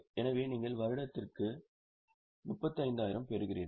எனவே நீங்கள் வருடத்திற்கு 3500 பெறுகிறீர்கள்